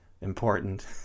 important